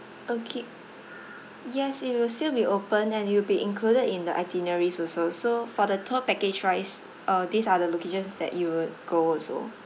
okay yes it will still be open and it will be included in the itineraries also so for the tour package wise uh these are locations that you would go also